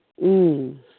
ꯎꯝ